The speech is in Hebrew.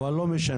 אבל לא משנה,